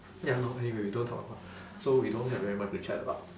ya no anyway we don't talk a lot so we don't have very much to chat about